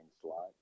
slot